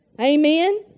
Amen